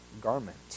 garment